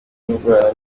indwara